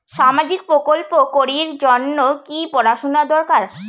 সামাজিক প্রকল্প করির জন্যে কি পড়াশুনা দরকার?